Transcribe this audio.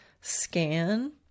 scan